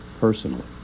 personally